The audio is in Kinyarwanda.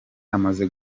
amaze